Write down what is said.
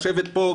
לשבת פה,